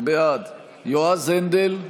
בעד יועז הנדל,